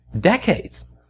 Decades